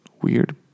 Weird